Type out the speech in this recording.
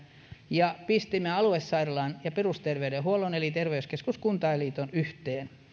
ja pistimme aluesairaalan ja perusterveydenhuollon eli terveyskeskuskuntainliiton yhteen